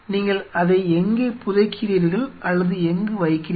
நீங்கள் அதை எங்கே புதைக்கிறீர்கள் அல்லது எங்கு வைக்கிறீர்கள்